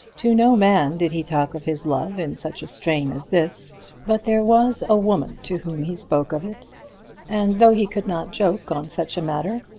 to no man did he talk of his love in such a strain as this but there was a woman to whom he spoke of it and though he could not joke on such a matter,